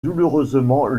douloureusement